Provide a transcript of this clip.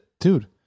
dude